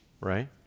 right